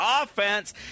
offense